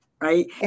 right